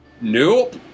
Nope